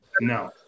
No